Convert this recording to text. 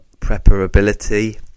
preparability